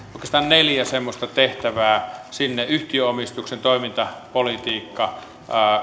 oikeastaan neljä semmoista tehtävää yhtiöomistuksen toimintapolitiikka